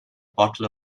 bottle